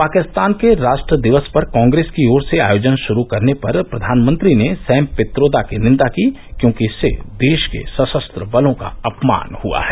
पाकिस्तान के राष्ट्र दिवस पर कांग्रेस की ओर से आयोजन श्रू करने पर प्रधानमंत्री ने सैम पित्रोदा की निंदा की क्योंकि इससे देश के सशस्त्र बलों का अपमान हुआ है